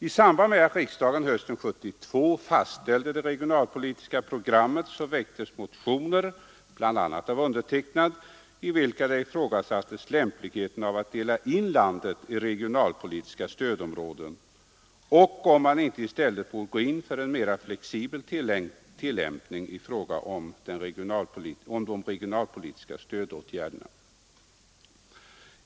I samband med att riksdagen hösten 1972 fastställde det regionalpolitiska programmet väcktes motioner bl.a. av mig, i vilka ifrågasattes lämpligheten av att dela in landet i regionalpolitiska stödområden och om man inte i stället borde gå in för en mer flexibel tillämpning av regionalpolitiska stödåtgärder.